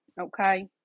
okay